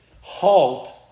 halt